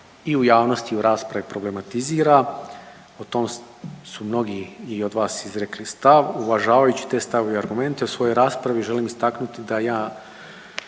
i u javnosti i u raspravi problematizira. O tom su mnogi i od vas izrekli stav. Uvažavajući te stavove i argumente u svojoj raspravi želim istaknuti da ja